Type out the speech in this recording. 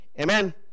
Amen